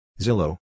Zillow